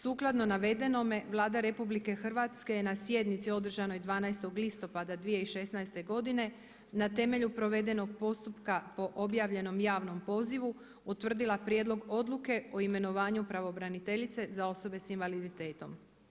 Sukladno navedenom Vlada RH je na sjednici održanoj 12. listopada 2016. godine na temelju provedenog postupka po objavljenom javnom pozivu utvrdila Prijedlog odluke o imenovanju pravobraniteljice za osobe sa invaliditetom.